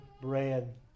bread